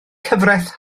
cyfraith